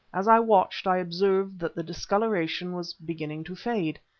as i watched i observed that the discoloration was beginning to fade.